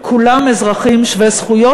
כולם אזרחים שווי זכויות.